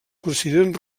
consideren